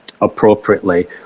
appropriately